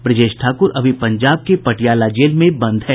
ब्रजेश ठाकुर अभी पंजाब के पटियाला जेल में बंद है